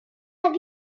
அழகான